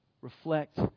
reflect